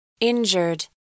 injured